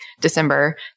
December